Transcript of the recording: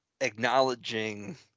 acknowledging